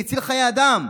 מציל חיי אדם.